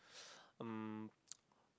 um